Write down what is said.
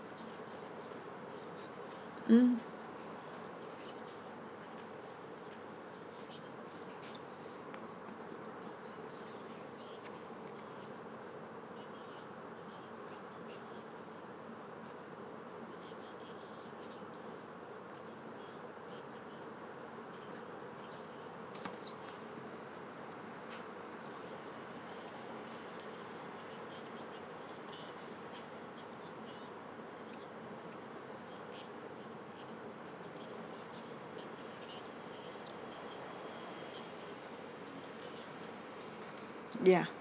mm ya